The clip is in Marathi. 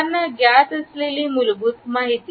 सर्वांना ज्ञात असलेली मूलभूत माहिती